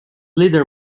little